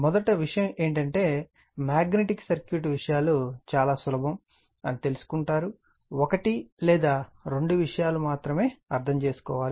మొదటి విషయం ఏమిటంటే మాగ్నెటిక్ సర్క్యూట్ విషయాలు చాలా సులభం అని కనుగొంటారు ఒకటి లేదా రెండు విషయాలు మాత్రమే అర్థం చేసుకోవాలి